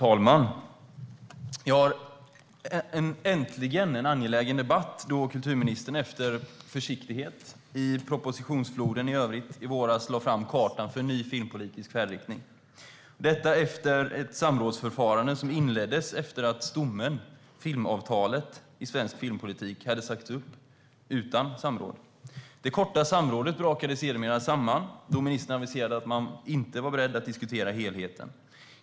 Herr talman! Äntligen en angelägen debatt då kulturministern efter försiktighet i propositionsfloden i övrigt i våras lade fram kartan för en ny filmpolitisk färdriktning! Detta gjordes efter ett samrådsförfarande som inleddes efter att stommen i svensk filmpolitik, filmavtalet, hade sagts upp utan samråd. Det korta samrådet brakade sedermera samman då ministern aviserade att hon inte var beredd att diskutera helheten.